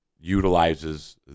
utilizes